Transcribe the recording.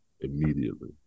Immediately